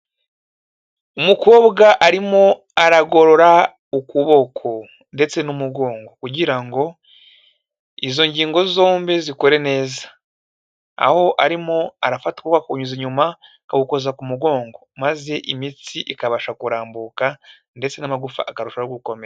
Umukobwa arimo aragorora ukuboko ndetse n'umugongo kugira ngo izo ngingo zombi zikore neza, aho arimo arafata ukuboko akakunyuza inyuma akagukoza ku mugongo, maze imitsi ikabasha kurambuka ndetse n'amagufa akarushaho gukomera.